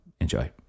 Enjoy